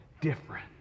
different